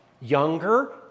younger